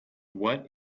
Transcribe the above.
what